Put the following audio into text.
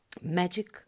magic